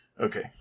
Okay